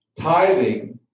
Tithing